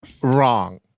wrong